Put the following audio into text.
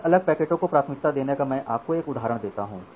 अलग अलग पैकेटों को प्राथमिकता देने का मैं आपको एक उदाहरण देता हूँ